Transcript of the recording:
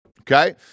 okay